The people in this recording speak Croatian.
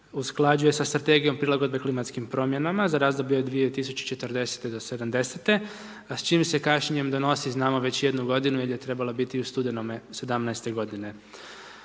usklađuje sa Strategijom prilagodbe klimatskim promjenama za razdoblje od 2040. do 2070., a s čim se kasnijem donosi znamo već jednu godinu, jer je trebala biti u studenome '17. godine.